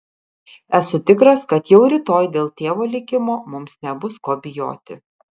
esu tikras kad jau rytoj dėl tėvo likimo mums nebus ko bijoti